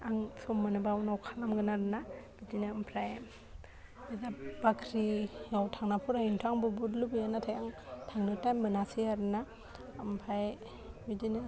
आं सम मोनोबा उनाव खालामगोन आरो ना बिदिनो ओमफ्राय बिजाब बाख्रियाव थांना फरायनो थ' आंबो बहुत लुबैयो नाथाय आं थांनो टाइम मोनासै आरो ना आमफाय बिदिनो